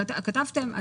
כתבתם.